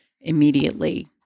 immediately